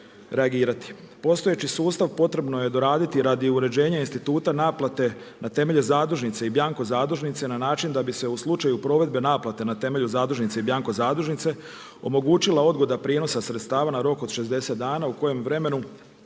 Postojeći sustav potrebno je doraditi radi uređenja instituta naplate na temelju zadužnice i bjanko zadužnice na način da bi se u slučaju provedbe naplate na temelju zadužnice i bjanko zadužnice, omogućila odgoda prijenosa sredstava na rok od 60 dana u kojem vremenu